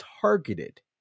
targeted